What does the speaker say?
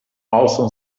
also